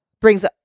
brings